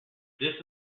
this